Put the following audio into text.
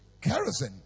kerosene